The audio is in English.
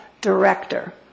director